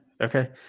okay